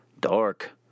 dark